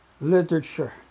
literature